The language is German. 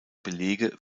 belege